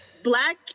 black